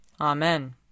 Amen